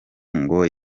ngo